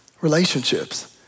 relationships